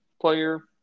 player